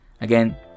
Again